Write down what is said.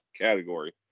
category